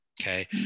okay